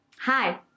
Hi